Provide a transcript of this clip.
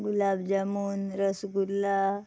गुलाब jamun rasgulla